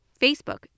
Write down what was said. Facebook